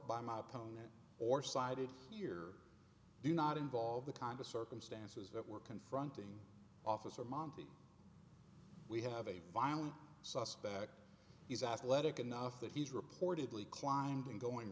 by my opponent or cited here do not involve the congress circumstances that were confronting officer monte we have a violent suspect he's asked let it enough that he's reportedly climbed in going